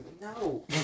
No